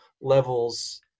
levels